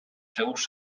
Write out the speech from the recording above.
seus